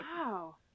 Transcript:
Wow